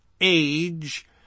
age